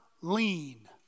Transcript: lean